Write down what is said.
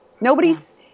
Nobody's